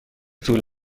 طول